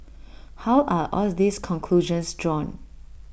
how are all these conclusions drawn